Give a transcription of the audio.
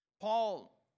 Paul